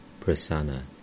Prasanna